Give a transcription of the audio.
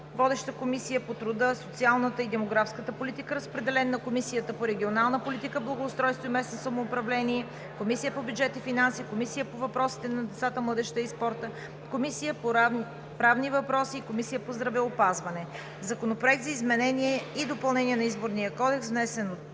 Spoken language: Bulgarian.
Водеща е Комисията по труда, социалната и демографската политика. Разпределен е на Комисията по регионална политика, благоустройство и местно самоуправление, Комисията по бюджет и финанси, Комисията по въпросите на децата, младежта и спорта, Комисията по правни въпроси и Комисията по здравеопазване. Законопроект за изменение и допълнение на Изборния кодекс, внесен от